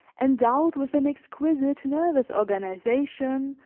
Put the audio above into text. endowed with an exquisite nervous organization,